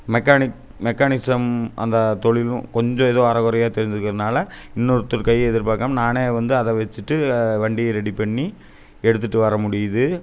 mechanic mechanism அந்த தொழிலும் கொஞ்சம் எதோ அரக்குறையா தெரிஞ்சிருக்கறனால் இன்னொருத்தர் கையை எதிர் பார்க்காம நானே வந்து அதை வச்சிட்டு வண்டியை ரெடி பண்ணி எடுத்துட்டு வர முடியுது